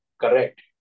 correct